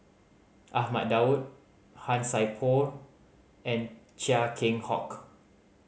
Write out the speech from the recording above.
Ahmad Daud Han Sai Por and Chia Keng Hock